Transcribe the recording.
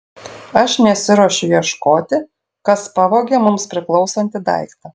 aš nesiruošiu ieškoti kas pavogė mums priklausantį daiktą